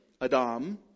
Adam